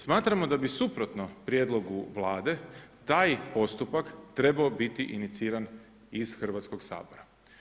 Smatramo da bi suprotno prijedlogu Vlade taj postupak trebao biti iniciran iz Hrvatskog sabora.